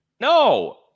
No